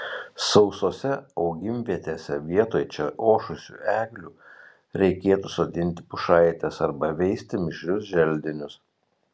sausose augimvietėse vietoj čia ošusių eglių reikėtų sodinti pušaites arba veisti mišrius želdinius